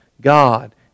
God